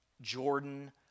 Jordan